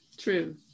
true